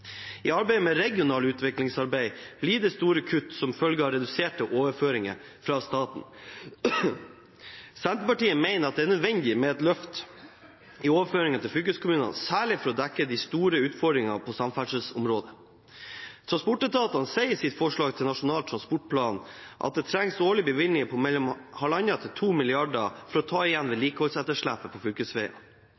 I arbeidet med regional utvikling blir det store kutt som følge av reduserte overføringer fra staten. Senterpartiet mener det er nødvendig med et løft i overføringene til fylkeskommunene, særlig for å dekke de store utfordringene på samferdselsområdet. Transportetatene sier i sitt forslag til Nasjonal transportplan at det trengs årlige bevilgninger på mellom 1,5 og 2 mrd. kr for å ta igjen